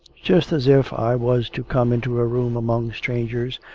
just as if i was to come into a room among strangers,